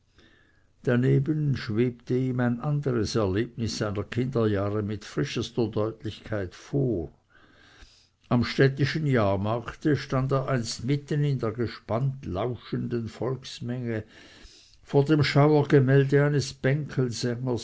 daneben schwebte ihm ein anderes erlebnis seiner kinderjahre mit frischester deutlichkeit vor am städtischen jahrmarkte stand er einst mitten in der gespannt lauschenden volksmenge vor dem schauergemälde eines